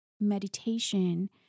meditation